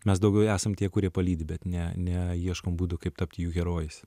mes daugiau esam tie kurie palydi bet ne ne ieškome būdų kaip tapti jų herojais